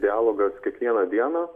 dialogas kiekvieną dieną